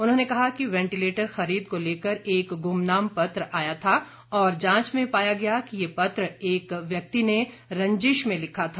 उन्होंने कहा कि वेंटिलेटर खरीद को लेकर एक गुमनाम पत्र आया था और जांच में पाया गया कि ये पत्र एक व्यक्ति ने रंजिश में लिखा था